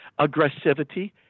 aggressivity